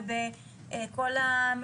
לא.